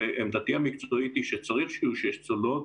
שעמדתי המקצועית היא שצריך שיהיו שש צוללות,